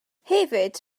hefyd